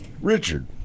Richard